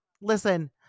listen